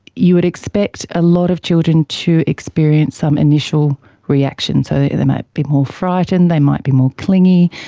you would expect a lot of children to experience some initial reaction, so they they might be more frightened, they might be more clingy,